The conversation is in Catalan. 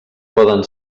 poden